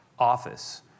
Office